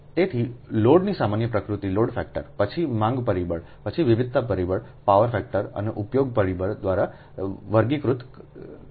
તેથી લોડની સામાન્ય પ્રકૃતિ લોડ ફેક્ટર પછી માંગ પરિબળ પછી વિવિધતા પરિબળ પાવર ફેક્ટર અને ઉપયોગ પરિબળ દ્વારા વર્ગીકૃત થયેલ છે